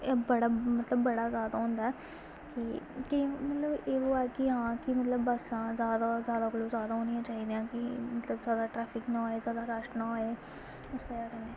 बड़ा मतलब बड़ा जादा होंदा ऐ की मतलब एहो ऐ की आं मतलब बस्स जादा कोला जादा होनियां चाहिदियां की मतलब जादा ट्रैफिक न होये जादा रश न होये उस बजह कन्नै